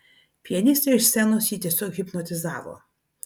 pianistė iš scenos jį tiesiog hipnotizavo